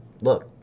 look